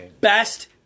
best